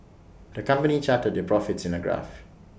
the company charted their profits in A graph